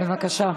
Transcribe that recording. בבקשה.